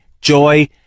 joy